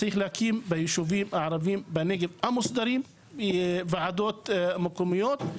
צריך להקים ביישובים הערבים המוסדרים בנגב ועדות מקומיות.